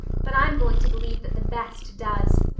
but i'm going to believe that the best does.